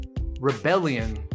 rebellion